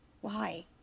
Why